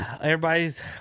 everybody's